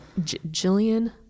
Jillian